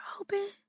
open